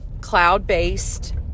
cloud-based